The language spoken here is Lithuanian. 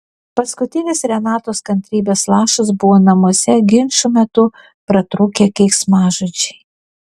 paskutinis renatos kantrybės lašas buvo namuose ginčų metu pratrūkę keiksmažodžiai